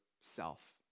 self